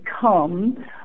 come